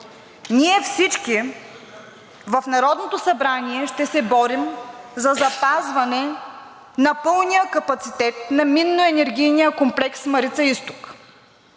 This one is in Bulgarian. ние всички в Народното събрание ще се борим за запазване на пълния капацитет на минно-енергийния комплекс „Марица изток“